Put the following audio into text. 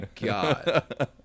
God